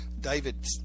David